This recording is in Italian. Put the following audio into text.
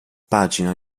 pagina